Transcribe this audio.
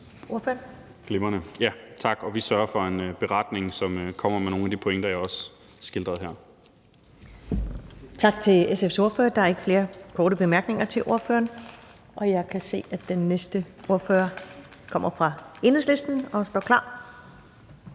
vi sørger for en beretning, som kommer med nogle af de pointer, jeg også skildrede her.